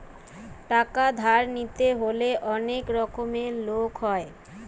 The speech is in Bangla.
টাকা ধার নিতে হলে অনেক রকমের লোক হয়